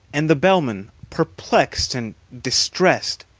and the bellman, perplexed and distressed,